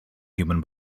human